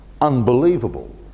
unbelievable